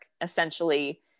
essentially